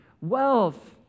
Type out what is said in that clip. wealth